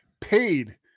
paid